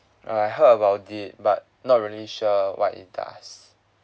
uh I heard about it but not really sure what it does